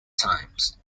times